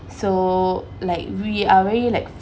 so like we are very like